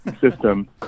system